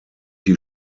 die